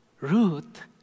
Ruth